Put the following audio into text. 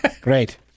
Great